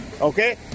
okay